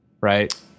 right